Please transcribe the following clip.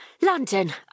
London